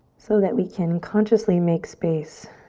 so that we can consciously make space